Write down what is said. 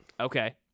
Okay